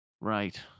Right